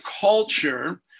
culture